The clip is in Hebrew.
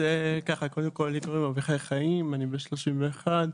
אני בן 31,